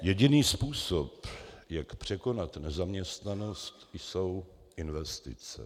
Jediný způsob, jak překonat nezaměstnanost, jsou investice.